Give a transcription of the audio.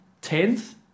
tenth